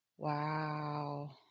Wow